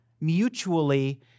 mutually